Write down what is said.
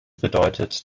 bedeutet